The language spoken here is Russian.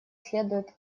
следует